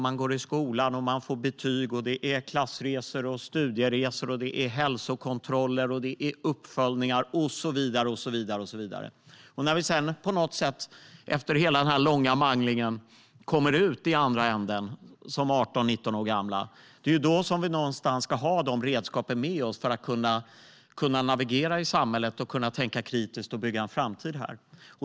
Man går i skolan och får betyg, och det är klassresor och studieresor. Det är hälsokontroller och uppföljningar och så vidare. När vi efter hela denna långa mangling kommer ut i andra änden som 18, 19 år gamla ska vi någonstans ha redskapen med oss för att kunna navigera i samhället, tänka kritiskt och bygga en framtid här.